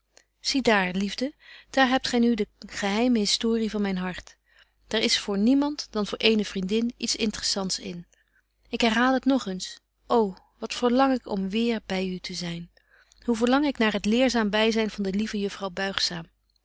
zie daar liefde daar hebt gy nu de geheime historie van myn hart daar is voor niemand dan voor eene vriendin iets intressants in ik herhaal het nog eens ô wat verlang ik om weêr by u te zyn hoe verlang betje wolff en aagje deken historie van mejuffrouw sara burgerhart ik naar het leerzaam byzyn van de lieve juffrouw buigzaam